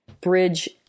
bridge